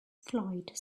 flight